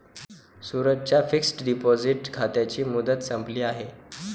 सूरजच्या fixed deposit खात्याची मुदत संपली आहे